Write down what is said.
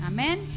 Amen